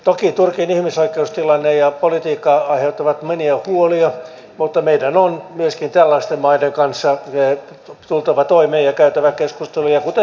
toki turkin ihmisoikeustilanne ja politiikka aiheuttavat monia huolia mutta meidän on myöskin tällaisten maiden kanssa tultava toimeen ja käytävä keskusteluja kuten venäjänkin kanssa